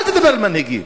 אל תדבר על מנהיגים.